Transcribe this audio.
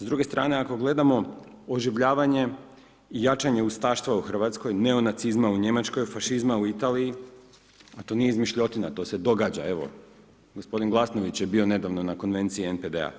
S druge strane ako gledamo oživljavanje i jačanje ustaštva u Hrvatskoj, neonacizma u Njemačkoj, fašizma u Italiji, a to nije izmišljotina, to se događa, evo, gospodin Glasnović je bio nedavno na konvenciji NPD-a,